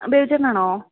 baby ചേട്ടൻ ആണോ